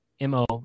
MO